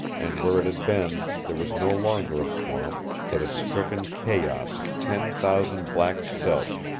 and where it had been there was no longer a swamp but a stricken chaos of ten thousand black stubs,